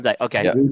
Okay